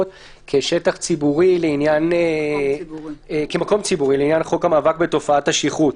כמקום ציבורי לעניין חוק המאבק בתופעת השכרות.